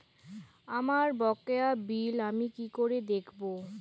আমার বকেয়া বিল আমি কি করে দেখব?